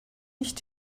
nicht